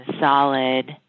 solid